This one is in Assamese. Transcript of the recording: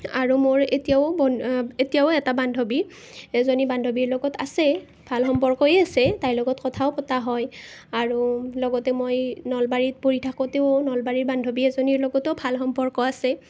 আৰু মোৰ এতিয়াও বন এতিয়াও এটা বান্ধৱী এজনী বান্ধৱীৰ লগত আছে ভাল সম্পৰ্কই আছে তাইৰ লগত কথাও পতা হয় আৰু লগতে মই নলবাৰীত পঢ়ি থাকোঁতেও নলবাৰীৰ বান্ধৱী এজনীৰ লগতো ভাল সম্পৰ্ক আছে